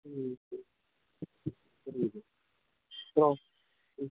ம் புரியுது ஹலோ ம்